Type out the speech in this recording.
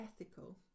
ethical